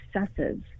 successes